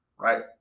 Right